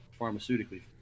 pharmaceutically